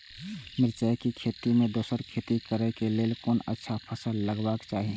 मिरचाई के खेती मे दोसर खेती करे क लेल कोन अच्छा फसल लगवाक चाहिँ?